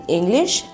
English